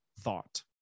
thought